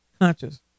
conscious